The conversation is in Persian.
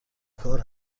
کار